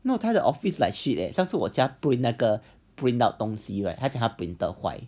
那他的 office like shit leh 上次我叫他 print out 东西 right 他讲他 printer 坏